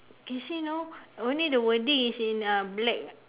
casino only the wording is in uh black